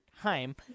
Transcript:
time